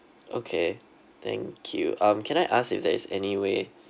okay thank you um can I ask if there is any way